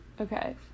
okay